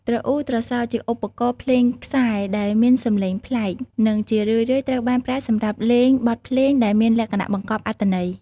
ទ្រអ៊ូ ទ្រសោ ជាឧបករណ៍ភ្លេងខ្សែដែលមានសំឡេងប្លែក និងជារឿយៗត្រូវបានប្រើសម្រាប់លេងបទភ្លេងដែលមានលក្ខណៈបង្កប់អត្ថន័យ។